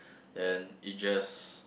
then it just